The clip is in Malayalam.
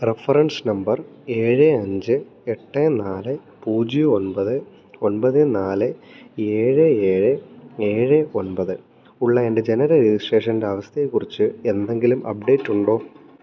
റഫറൻസ് നമ്പർ ഏഴ് അഞ്ച് എട്ട് നാല് പൂജ്യം ഒൻപത് ഒൻപത് നാല് ഏഴ് ഏഴ് ഏഴ് ഒൻപത് ഉള്ള എൻറ്റെ ജനന രജിസ്ട്രേഷൻറ്റെ അവസ്ഥയെക്കുറിച്ച് എന്തെങ്കിലും അപ്ഡേറ്റുണ്ടോ